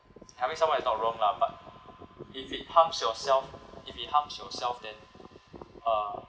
helping someone is not wrong lah but if it harms yourself if it harms yourself then uh